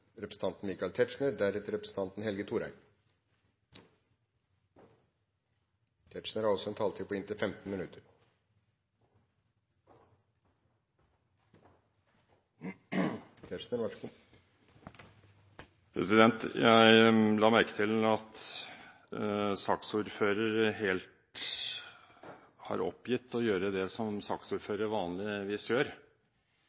representanten Michael Tetzschner og deretter representanten Helge Thorheim. Jeg la merke til at saksordføreren helt har oppgitt å gjøre det som